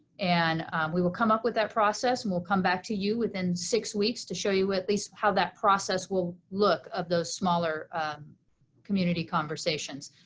and we will come up with that process and we'll come back to you within six weeks to show you at least how that process will look of those smaller community conversations.